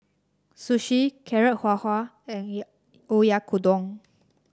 sushi Carrot Halwa and Oyakodon